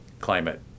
climate